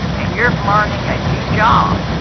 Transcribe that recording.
and you're learning a new job,